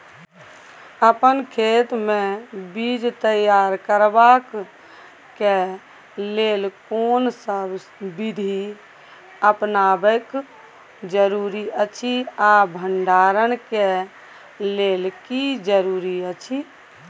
अपन खेत मे बीज तैयार करबाक के लेल कोनसब बीधी अपनाबैक जरूरी अछि आ भंडारण के लेल की जरूरी अछि?